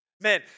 Man